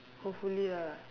hopefully lah